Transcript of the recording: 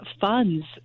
funds